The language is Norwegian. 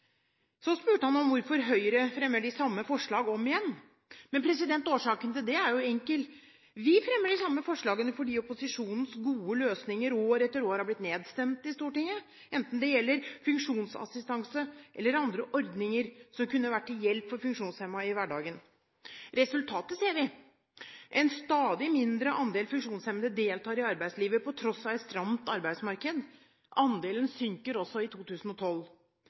Så spurte han hvorfor Høyre fremmer de samme forslagene om igjen. Årsaken til det er enkel: Vi fremmer de samme forslagene fordi opposisjonens gode løsninger år etter år er blitt nedstemt i Stortinget, enten det gjelder funksjonsassistanse eller andre ordninger som kunne vært til hjelp for funksjonshemmede i hverdagen. Resultatet ser vi: En stadig mindre andel funksjonshemmede deltar i arbeidslivet, på tross av et stramt arbeidsmarked. Andelen synker også i 2012.